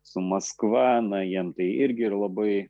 su maskva na jiem tai irgi yra labai